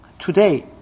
today